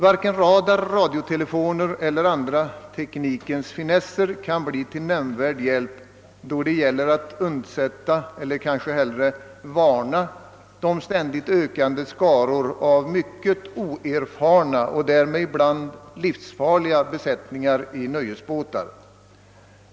Varken radar, radiotelefoner eller andra teknikens finesser kan vara till nämnvärd hjälp då det gäller att undsätta eller kanske hellre varna de ständigt ökande skarorna av mycket oerfarna och därmed ibland livsfarliga besättningar i nöjesbåtar.